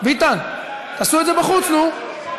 ביטן, תעשו את זה בחוץ, נו.